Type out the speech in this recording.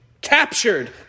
Captured